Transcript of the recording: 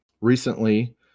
recently